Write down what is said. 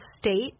state